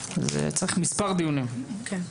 הגפ"ן; צריך מספר דיונים לשם כך.